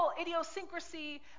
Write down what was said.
idiosyncrasy